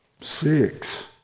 Six